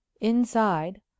Inside